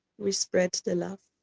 we spread the love.